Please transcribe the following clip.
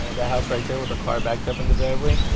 and house right there with a car backed up in the driveway,